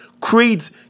Creed's